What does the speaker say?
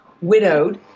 widowed